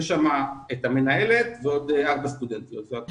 ושם יש שאת המנהלת ועוד ארבע סטודנטיות.